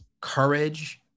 courage